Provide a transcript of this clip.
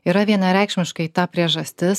yra vienareikšmiškai ta priežastis